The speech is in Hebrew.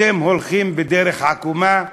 אתם הולכים בדרך עקומה,